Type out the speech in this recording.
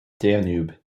danube